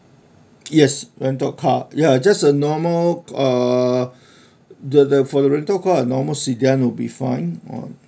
yes rental car ya just a normal uh the the for the rental car a normal C_T_R will be fine or